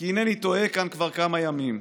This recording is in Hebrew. כי הינני תועה כאן כבר כמה ימים".